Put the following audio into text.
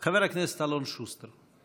חבר הכנסת אלון שוסטר.